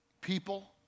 people